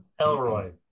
Elroy